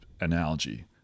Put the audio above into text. analogy